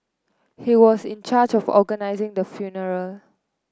he was in charge of organising the funeral